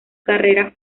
carrera